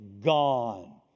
gone